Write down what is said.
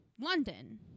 London